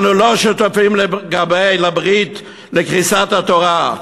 אנו לא שותפים לברית לקריסת התורה.